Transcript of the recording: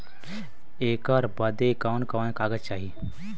ऐकर बदे कवन कवन कागज चाही?